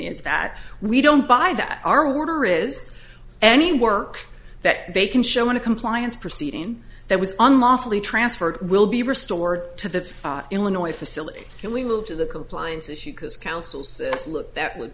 is that we don't buy that our water is any work that they can show in a compliance proceeding that was unlawfully transferred will be restored to the illinois facility and we move to the compliance issue because councils absolute that would